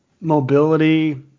mobility